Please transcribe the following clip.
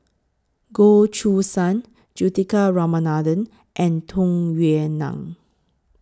Goh Choo San Juthika Ramanathan and Tung Yue Nang